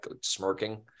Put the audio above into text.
smirking